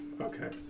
Okay